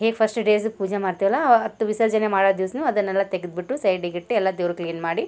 ಹೇಗ್ first days ಪೂಜೆ ಮಾಡ್ತೀವಲ್ಲ ಆವತ್ತು ವಿಸರ್ಜನೆ ಮಾಡಿ ದಿವ್ಸನೂ ಅದನ್ನೆಲ್ಲ ತೆಗ್ದು ಬಿಟ್ಟು ಸೈಡಿಗೆ ಇಟ್ಟು ಎಲ್ಲ ದೇವ್ರು ಕ್ಲೀನ್ ಮಾಡಿ